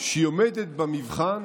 שהיא עומדת במבחן